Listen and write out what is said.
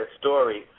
story